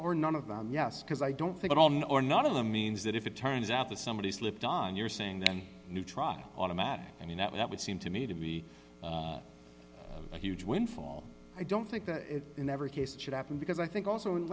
or none of the yes because i don't think all men are not of them means that if it turns out that somebody slipped on you're saying then neutron automatic i mean that would seem to me to be a huge windfall i don't think that in every case should happen because i think also in